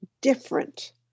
different